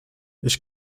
ich